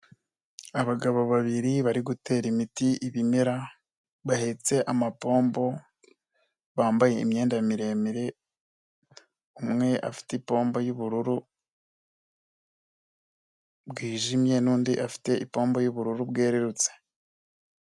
Abagabo babiri bari gutera imiti ibimera bahetse amapombo, bambaye imyenda miremire, umwe afite ipombo y'ubururu bwijimye n'undi afite ipombo y'ubururu bwererutse.